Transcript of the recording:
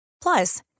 Plus